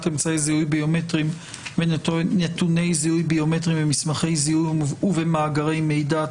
אמצעי זיהוי ביומטריים ונתוני זיהוי ביומטריים במסמכי זיהוי ובמאגרי מידע,